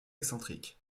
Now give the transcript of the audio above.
excentrique